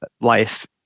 life